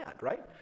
right